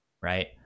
right